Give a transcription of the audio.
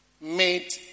made